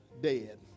dead